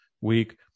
week